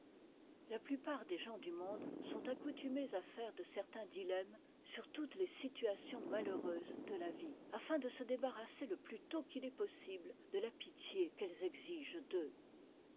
la plupart des gens du monde sont accoutumés à faire de certains dilemmes sur toutes les situations malheureuses de la vie afin de se débarrasser le plus tôt qu'il est possible de la pitié qu'elles exigent d'eux